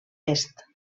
est